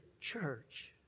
church